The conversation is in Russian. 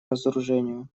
разоружению